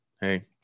hey